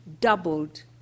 doubled